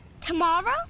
Tomorrow